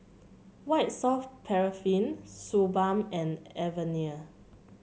White Soft Paraffin Suu Balm and Avene